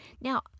Now